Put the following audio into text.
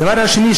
הדבר השני,